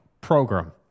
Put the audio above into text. Program